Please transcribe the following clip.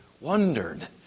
wondered